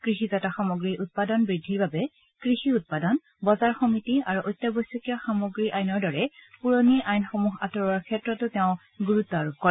কৃষিজাত সামগ্ৰীৰ উৎপাদন বৃদ্ধিৰ বাবে কৃষি উৎপাদন বজাৰ সমিতি আৰু অত্যাৱশ্যকীয় সামগ্ৰী আইনৰ দৰে পুৰণি আইনসমূহ আঁতৰোৱাৰ ক্ষেত্ৰতো তেওঁ গুৰুত্ আৰোপ কৰে